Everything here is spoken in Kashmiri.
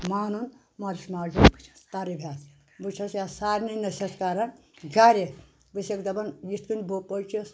مانُن ماجِس مٲلِس ماجہِ ہُند تَربِیت بہٕ چھَس یَتھ سارنٕے نٔصِیتھ کران گَرِ بہٕ چھؠکھ دَپان یِتھ کٔنۍ بہٕ پٔچِس